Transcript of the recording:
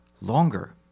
longer